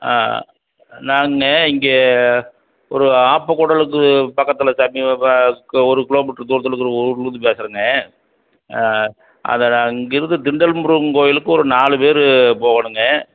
ஆ நான் இங்கே ஒரு ஆப்பக்கூடலுக்கு பக்கத்தில் இருக்கிற ஒரு கிலோமீட்டர் தூரத்தில் இருக்கிற ஒரு ஊரில் இருந்து பேசுகிறேங்க அதை நாங்கள் இங்கே இருந்து திண்டல் முருகன் கோவிலுக்கு ஒரு நாலு பேர் போகணும்ங்க